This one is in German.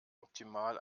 optimal